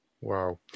Wow